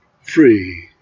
free